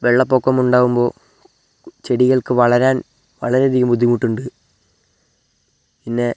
വെള്ളപ്പൊക്കമുണ്ടാവുമ്പോള് ചെടികൾക്കു വളരാൻ വളരെയധികം ബുദ്ധിമുട്ടുണ്ട് പിന്നെ